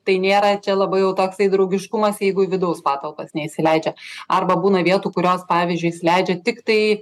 tai nėra čia labai jau toksai draugiškumas jeigu į vidaus patalpas neįsileidžia arba būna vietų kurios pavyzdžiui įsileidžia tiktai